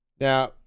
Now